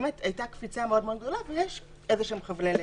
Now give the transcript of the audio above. הייתה קפיצה מאוד גדולה, ויש חבלי לידה.